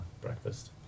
breakfast